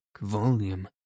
volume